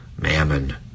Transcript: mammon